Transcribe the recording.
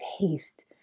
taste